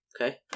Okay